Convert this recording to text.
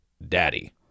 daddy